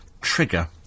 Trigger